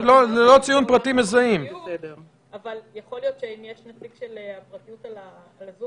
ההנחיות הקליניות של נציג משרד הבריאות לעניין מגע קרוב עם חולה,